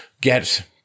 get